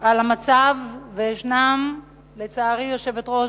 על המצב, וישנם, לצערי, היושבת-ראש,